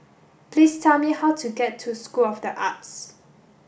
please tell me how to get to School of the Arts